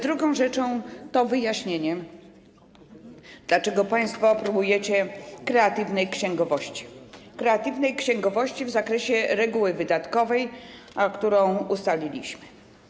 Drugą rzeczą jest wyjaśnienie, dlaczego państwo próbujecie kreatywnej księgowości, kreatywnej księgowości w zakresie reguły wydatkowej, którą ustaliliśmy.